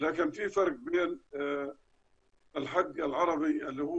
אבל יש הבדל בין ״חק״ ערבי שהינו